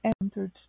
entered